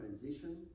transition